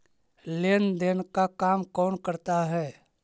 लेन देन का काम कौन करता है?